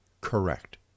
correct